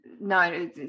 no